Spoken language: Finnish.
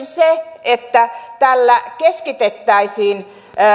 se että tällä keskitettäisiin